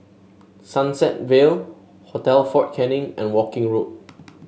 Sunset Vale Hotel Fort Canning and Woking Road